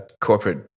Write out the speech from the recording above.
corporate